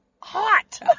hot